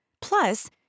Plus